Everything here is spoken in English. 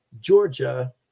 Georgia